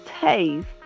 taste